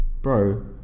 bro